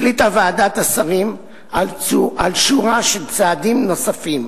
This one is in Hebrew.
החליטה ועדת השרים על שורה של צעדים נוספים